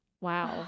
Wow